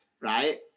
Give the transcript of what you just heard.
Right